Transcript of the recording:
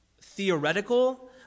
theoretical